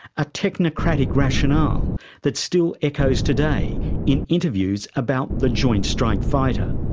a technocratic rationale that still echoes today in interviews about the joint strike fighter.